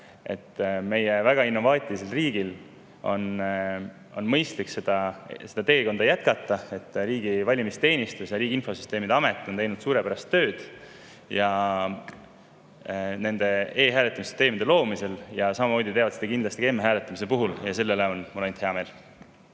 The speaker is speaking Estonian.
meie väga innovaatilisel riigil on mõistlik seda teekonda jätkata. Riigi valimisteenistus ja Riigi Infosüsteemi Amet on teinud suurepärast tööd e‑hääletamise süsteemide loomisel ja samamoodi teevad nad seda kindlasti ka m‑hääletamise puhul. Selle üle on mul ainult hea meel.